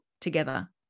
together